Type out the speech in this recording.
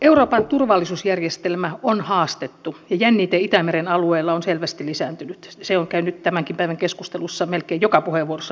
euroopan turvallisuusjärjestelmä on haastettu ja jännite itämeren alueella on selvästi lisääntynyt se on tullut tämänkin päivän keskustelussa melkein joka puheenvuorossa esille